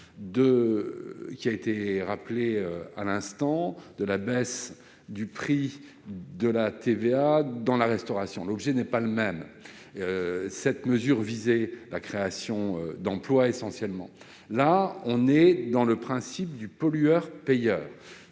qui a été rappelée à l'instant, de la baisse de la TVA dans la restauration, car l'objet n'est pas le même. Cette mesure visait la création d'emplois essentiellement. Là, nous souhaitons respecter le principe « pollueur-payeur